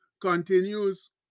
Continues